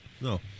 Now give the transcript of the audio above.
No